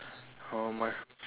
how much